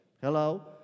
Hello